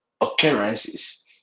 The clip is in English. occurrences